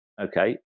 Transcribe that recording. okay